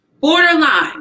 borderline